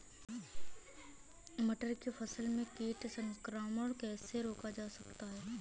मटर की फसल में कीट संक्रमण कैसे रोका जा सकता है?